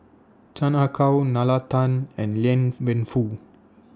Chan Ah Kow Nalla Tan and Liang Wenfu